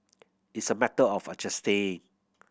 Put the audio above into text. it's a matter of adjusting